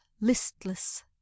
listless